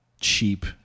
cheap